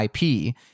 IP